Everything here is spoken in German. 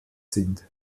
sind